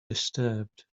disturbed